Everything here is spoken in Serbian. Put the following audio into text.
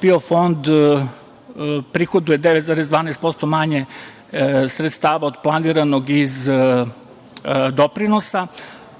PIO fond prihoduje 9,12% manje sredstava od planiranog iz doprinosa,